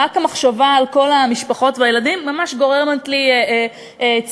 רק המחשבה על כל המשפחות והילדים ממש גורמת לי צמרמורת.